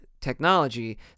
technology